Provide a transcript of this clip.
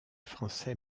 français